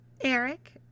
Eric